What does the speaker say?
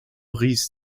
ries